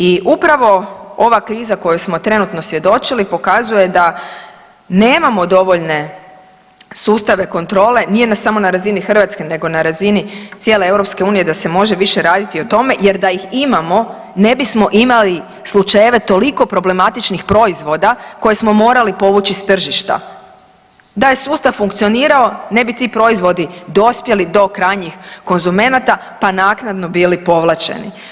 I upravo ova kriza kojoj smo svjedočili pokazuje da nemamo dovoljne sustave kontrole, nije samo na razini Hrvatske nego na razini cijele Europske unije da se može više raditi o tome, jer da ih imamo ne bismo imali slučajeve toliko problematičnih proizvoda koje smo morali povući s tržišta da je sustav funkcionirao, ne bi ti proizvodi dospjeli do krajnjih konzumenata pa naknadno bili povlačeni.